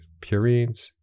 Purines